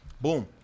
Boom